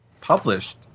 published